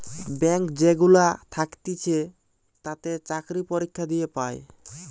bank যেগুলা থাকতিছে তাতে চাকরি পরীক্ষা দিয়ে পায়